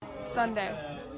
Sunday